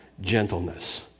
Gentleness